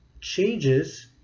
changes